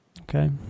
okay